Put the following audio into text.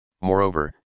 moreover